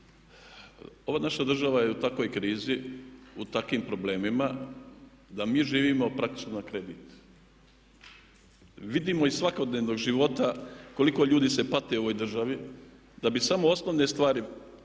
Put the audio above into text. Ova naša država je u takvoj krizi, u takvim problemima da mi živimo praktički na kredit. Vidimo iz svakodnevnog života koliko ljudi se pati u ovoj državi da bi samo osnovne stvari